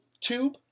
tube